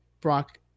Brock